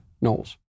Knowles